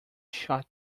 shot